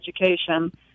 education